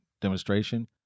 demonstration